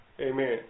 Amen